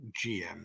GM